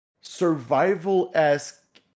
survival-esque